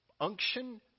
unction